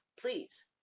please